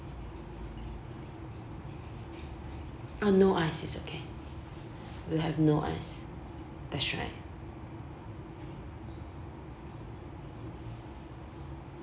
ah no ice it's okay will have no ice that's right